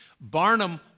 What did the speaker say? Barnum